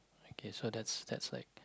okay so that's that's like